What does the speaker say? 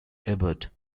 ebert